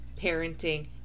parenting